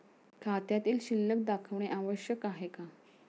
खात्यातील शिल्लक दाखवणे आवश्यक आहे का?